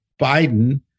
Biden